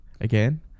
again